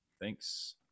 thanks